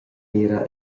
mira